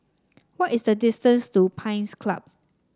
what is the distance to Pines Club